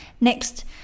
Next